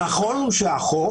נכון שהחוק,